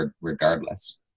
regardless